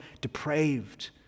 depraved